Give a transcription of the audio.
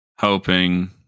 hoping